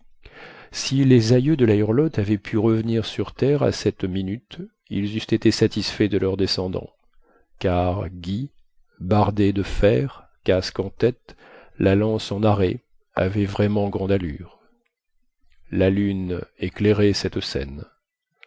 si les aïeux de la hurlotte avaient pu revenir sur terre à cette minute ils eussent été satisfaits de leur descendant car guy bardé de fer casque en tête la lance en arrêt avait vraiment grande allure la lune éclairait cette scène